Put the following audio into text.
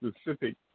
specific